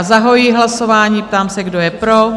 Zahajuji hlasování a ptám se, kdo je pro?